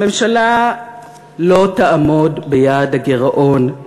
הממשלה לא תעמוד ביעד הגירעון.